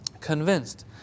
convinced